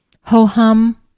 ho-hum